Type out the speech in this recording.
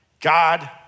God